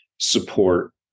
support